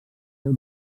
seu